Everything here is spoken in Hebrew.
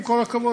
עם כל הכבוד,